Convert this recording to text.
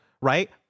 Right